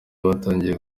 batangiye